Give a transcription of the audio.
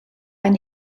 ein